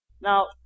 Now